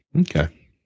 Okay